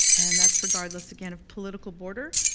and that's regardless again of political border,